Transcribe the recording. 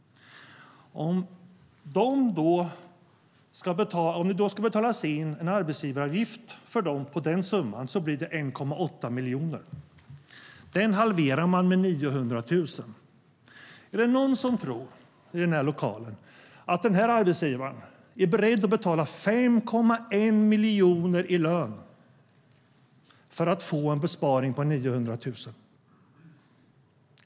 Om det ska betalas in en arbetsgivaravgift för dem på den summan blir det 1,8 miljoner. Den summan halverar man till 900 000 kronor. Är det någon i den här lokalen som tror att arbetsgivaren är beredd att betala 5,1 miljoner i lön för att få en besparing på 900 000 kronor?